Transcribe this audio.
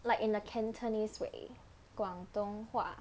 like in the cantonese way 广东话